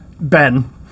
Ben